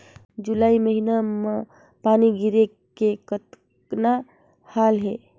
जुलाई महीना म पानी गिरे के कतना हाल हे?